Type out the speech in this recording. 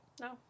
no